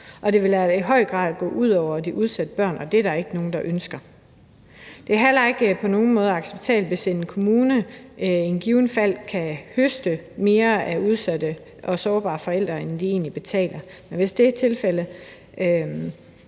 Det ville i høj grad gå ud over de udsatte børn, og det er der ikke nogen der ønsker. Det er heller ikke på nogen måde acceptabelt, hvis en kommune i givet fald kan høste mere af udsatte og sårbare forældre, end de egentlig